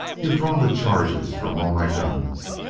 you've drawn the charges from all my guns.